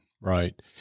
right